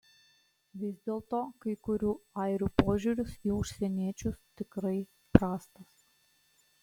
vis dėlto kai kurių airių požiūris į užsieniečius tikrai prastas